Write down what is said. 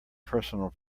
personal